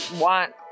want